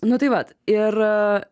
nu tai vat ir